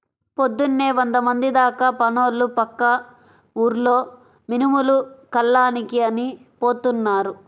పొద్దున్నే వందమంది దాకా పనోళ్ళు పక్క ఊర్లో మినుములు కల్లానికని పోతున్నారు